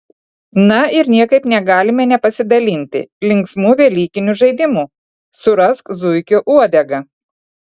na ir niekaip negalime nepasidalinti linksmu velykiniu žaidimu surask zuikio uodegą